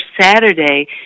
Saturday